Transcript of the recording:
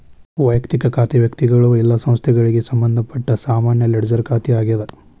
ವಯಕ್ತಿಕ ಖಾತೆ ವ್ಯಕ್ತಿಗಳು ಇಲ್ಲಾ ಸಂಸ್ಥೆಗಳಿಗೆ ಸಂಬಂಧಪಟ್ಟ ಸಾಮಾನ್ಯ ಲೆಡ್ಜರ್ ಖಾತೆ ಆಗ್ಯಾದ